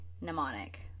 mnemonic